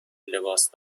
لباس